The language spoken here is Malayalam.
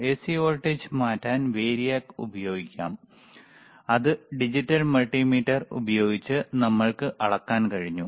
എസി വോൾട്ടേജ് മാറ്റാൻ വേരിയാക്ക് ഉപയോഗിക്കാം അത് ഡിജിറ്റൽ മൾട്ടിമീറ്റർ ഉപയോഗിച്ച് നമ്മൾക്ക് അളക്കാൻ കഴിഞ്ഞു